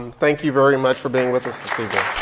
thank you very much for being with us this evening.